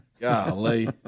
Golly